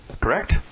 correct